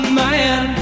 man